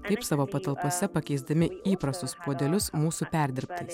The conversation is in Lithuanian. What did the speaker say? taip savo patalpose pakeisdami įprastus puodelius mūsų perdirbtais